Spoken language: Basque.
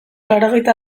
laurogeita